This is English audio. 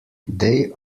they